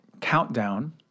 Countdown